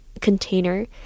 container